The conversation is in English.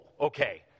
okay